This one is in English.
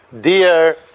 Dear